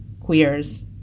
queers